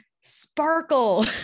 sparkle